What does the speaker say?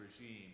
regime